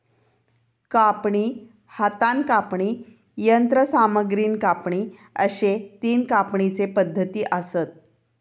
कापणी, हातान कापणी, यंत्रसामग्रीन कापणी अश्ये तीन कापणीचे पद्धती आसत